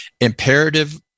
imperative